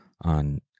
on